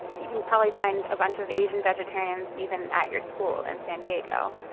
you can probably find a bunch of asian vegetarians, even at your school in san diego.